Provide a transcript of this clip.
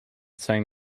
saying